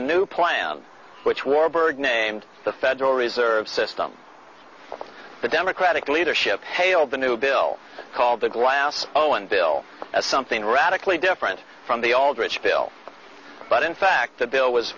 a new plan which warburg named the federal reserve system the democratic leadership hailed the new bill called the glass o and bill as something radically different from the aldrich bill but in fact the bill was